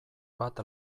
bat